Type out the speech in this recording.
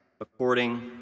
according